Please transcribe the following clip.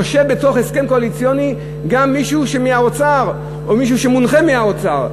יושב בדיון על הסכם קואליציוני גם מישהו מהאוצר או מישהו שמונחה מהאוצר.